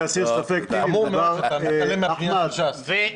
חמור מאוד שאתה מתעלם מהפנייה של ש"ס.